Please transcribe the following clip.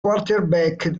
quarterback